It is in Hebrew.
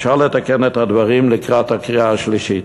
אפשר לתקן את הדברים לקראת הקריאה השלישית.